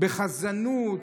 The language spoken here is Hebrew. בחזנות.